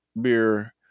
beer